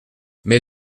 mais